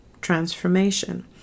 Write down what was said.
transformation